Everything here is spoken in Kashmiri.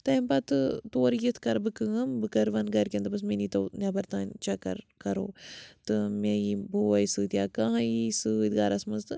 تَمۍ پَتہٕ تورٕ یِتھ کَرٕ بہٕ کٲم بہٕ کَرٕ وَن گَرِکٮ۪ن دَپَس مےٚ نیٖتو نٮ۪بَر تام چَکَر کَرو تہٕ مےٚ یی بوے سۭتۍ یا کانٛہہ یی سۭتۍ گَرَس منٛز تہٕ